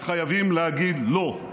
אז חייבים להגיד לא.